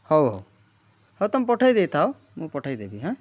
ହଉ ହଉ ହଉ ତମେ ପଠେଇ ଦେଇଥାଅ ମୁଁ ପଠେଇଦେବି ହାଁ